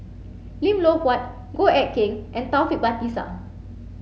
Lim Loh Huat Goh Eck Kheng and Taufik Batisah